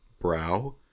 brow